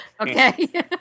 Okay